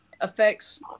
affects